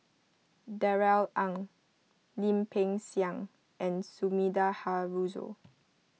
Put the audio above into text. Darrell Ang Lim Peng Siang and Sumida Haruzo